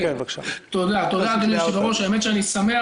תודה, אני שמח